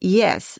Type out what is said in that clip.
yes